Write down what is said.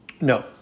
no